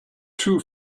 too